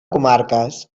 comarques